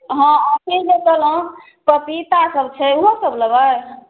हँ अथी जे कहलहुँ पपीता सब छै ओहो सब लेबै